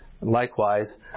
Likewise